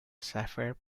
sapphire